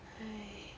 !hais!